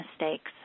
mistakes